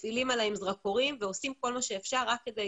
מפעילים עליהם זרקורים ועושים כל מה שאפשר רק כדי